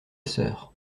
sœur